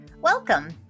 Welcome